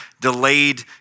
Delayed